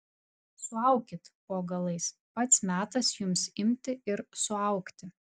suaukit po galais pats metas jums imti ir suaugti